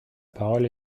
parole